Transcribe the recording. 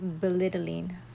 belittling